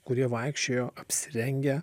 kurie vaikščiojo apsirengę